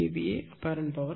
8KVA apparent power